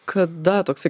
kada toksai